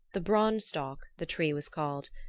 the branstock the tree was called,